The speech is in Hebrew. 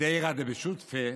"קדירא דבשותפי"